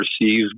receive